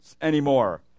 anymore